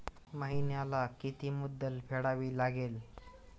महिन्याला किती मुद्दल फेडावी लागेल?